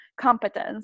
Competence